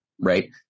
right